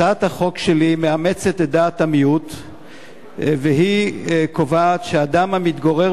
הצעת החוק שלי מאמצת את דעת המיעוט וקובעת שאדם המתגורר